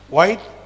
White